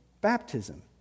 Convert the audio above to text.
baptism